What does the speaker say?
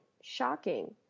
shocking